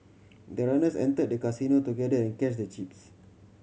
the runners entered the casino together and cashed the chips